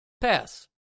Pass